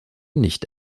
nicht